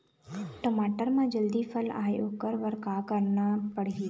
टमाटर म जल्दी फल आय ओकर बर का करना ये?